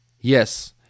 Yes